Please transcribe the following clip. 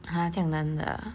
!huh! 这样难的 ah